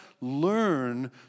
learn